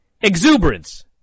exuberance